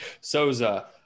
Souza